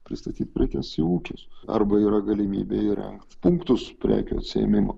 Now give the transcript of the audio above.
pristatyt prekes į ūkius arba yra galimybė įrengt punktus prekių atsiėmimo